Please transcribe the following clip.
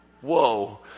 Whoa